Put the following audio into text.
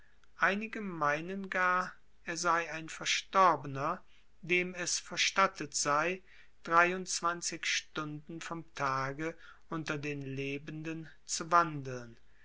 einige meinen gar er sei ein verstorbener dem es verstattet sei dreiundzwanzig stunden vom tage unter den lebenden zu wandeln